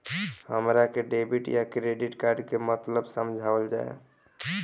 हमरा के डेबिट या क्रेडिट कार्ड के मतलब समझावल जाय?